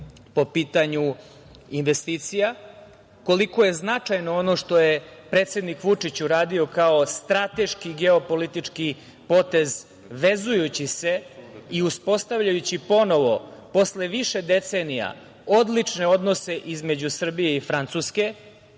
po pitanju investicija, koliko je značajno ono što je predsednik Vučić uradio kao strateški geopolitički potez, vezujući se i uspostavljajući ponovo posle više decenija odlične odnose između Srbije i Francuske. Znate,